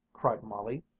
cried molly,